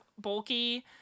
bulky